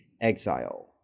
exile